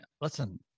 listen